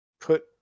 put